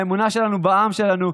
האמונה שלנו בעם שלנו,